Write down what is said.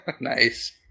nice